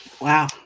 Wow